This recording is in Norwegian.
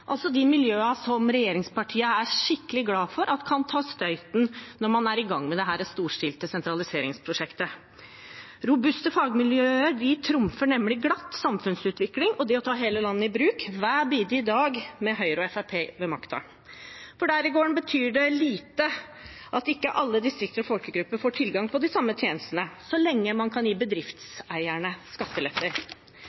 altså de miljøene som regjeringspartiene er skikkelig glad for at kan ta støyten når man er i gang med dette storstilte sentraliseringsprosjektet. Robuste fagmiljøer trumfer nemlig glatt samfunnsutvikling og det å ta hele landet i bruk – hver bidige dag med Høyre og Fremskrittspartiet ved makten. Der i gården betyr det lite at ikke alle distrikter og folkegrupper får tilgang på de samme tjenestene, så lenge man kan gi